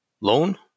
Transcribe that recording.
loan